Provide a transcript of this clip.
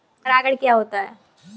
परागण क्या होता है?